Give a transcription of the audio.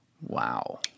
Wow